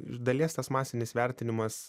iš dalies tas masinis vertinimas